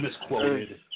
misquoted